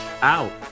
out